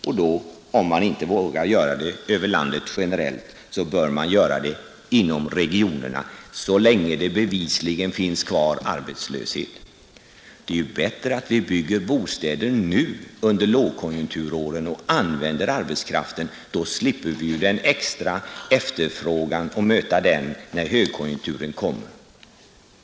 Och om man inte vågar göra det över landet generellt, så bör man göra det inom regionerna så länge det bevisligen finns kvar arbetslöshet. Det är ju bättre att vi bygger bostäder nu under lågkonjunkturåren och använder arbetskraften. Då slipper vi ju möta den extra efterfrågan när högkonjunkturen kommer.